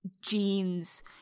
jeans